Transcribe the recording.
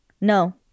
No